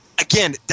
Again